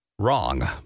Wrong